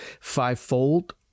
fivefold